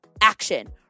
action